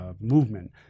movement